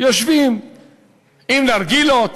יושבים עם נרגילות,